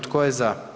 Tko je za?